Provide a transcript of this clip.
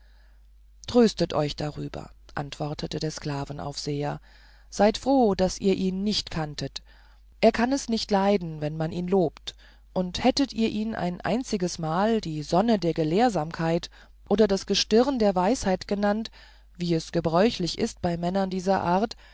tröstet euch darüber antwortete der sklavenaufseher seid froh daß ihr ihn nicht kanntet er kann es nicht leiden wenn man ihn lobt und hättet ihr ihn ein einziges mal die sonne der gelehrsamkeit oder das gestirn der weisheit genannt wie es gebräuchlich ist bei männern dieser art